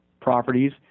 properties